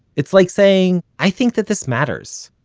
it's like saying, i think that this matters,